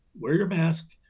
wear your mask,